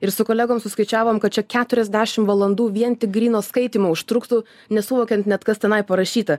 ir su kolegom suskaičiavom kad čia keturiasdešim valandų vien tik gryno skaitymo užtruktų nesuvokiant net kas tenai parašyta